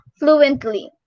fluently